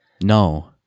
No